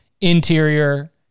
interior